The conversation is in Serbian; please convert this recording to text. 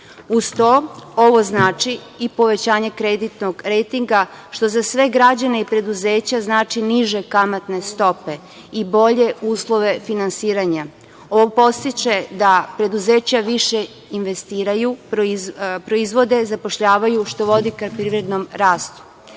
Uz to, ovo znači i povećanje kreditnog rejtinga što za sve građane i preduzeća znači niže kamatne stope i bolje uslove finansiranja. Ovo podstiče da preduzeća više investiraju, proizvode, zapošljavaju, što vodi ka privrednom rastu. Na